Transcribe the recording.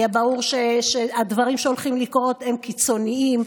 היה ברור שהדברים שהולכים לקרות הם קיצוניים.